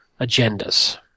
agendas